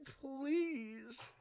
please